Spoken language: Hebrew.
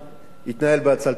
התנהל בעצלתיים.